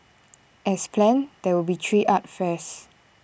as planned there will be three art fairs